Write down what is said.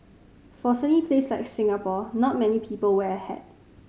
for a sunny place like Singapore not many people wear a hat